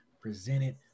presented